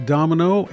Domino